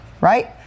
right